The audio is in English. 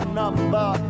number